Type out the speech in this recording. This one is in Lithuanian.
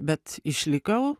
bet išlikau